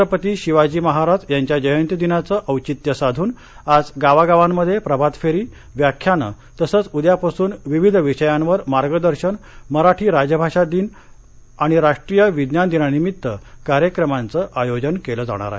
छत्रपती शिवाजी महाराज यांच्या जयंती दिनाचं औचित्य साधून आज गावागावांमध्ये प्रभात फेरी व्याख्यान तसच उद्यापासून विविध विषयांवर मार्गदर्शन मराठी राजभाषा दिन आणि राष्ट्रीय विज्ञान दिनानिमित्त कार्यक्रमांच आयोजन केल जाणार आहे